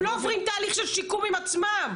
הם לא עוברים תהליך של שיקום עם עצמם.